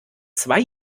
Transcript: zwei